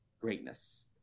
greatness